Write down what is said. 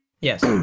Yes